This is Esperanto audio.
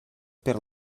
per